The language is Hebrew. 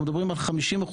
אנחנו מדברים על כ-50%